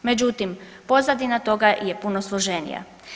Međutim, pozadina toga je puno složenija.